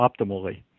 optimally